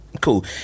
cool